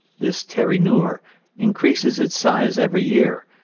this teri noor increases its size every year,